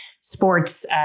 sports